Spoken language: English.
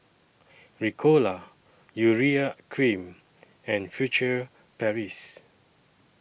Ricola Urea Cream and Furtere Paris